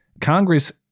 Congress